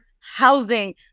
housing